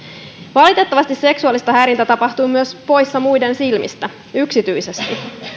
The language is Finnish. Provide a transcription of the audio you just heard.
valitettavasti seksuaalista häirintää tapahtuu myös poissa muiden silmistä yksityisesti